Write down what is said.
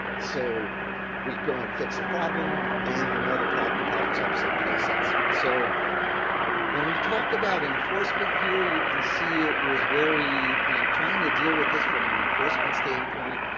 so we'd go and fix a problem, and another problem pops up someplace else. so when we talk about enforcement here, you can see it was very trying to deal with this from an enforcement standpoint,